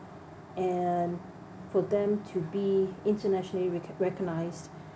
and for them to be internationally reco~ recognised